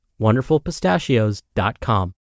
wonderfulpistachios.com